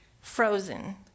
frozen